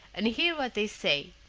and hear what they say.